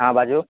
हँ बाजू